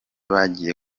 bagiye